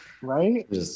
Right